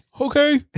Okay